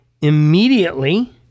immediately